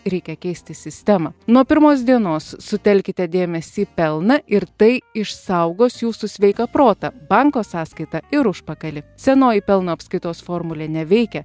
reikia keisti sistemą nuo pirmos dienos sutelkite dėmesį į pelną ir tai išsaugos jūsų sveiką protą banko sąskaitą ir užpakalį senoji pelno apskaitos formulė neveikia